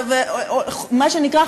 ומה שנקרא,